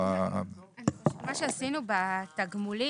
מה שעשינו בתגמולים.